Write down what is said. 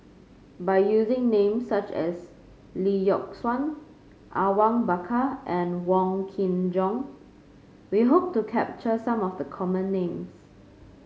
by using names such as Lee Yock Suan Awang Bakar and Wong Kin Jong we hope to capture some of the common names